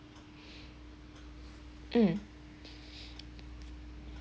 mm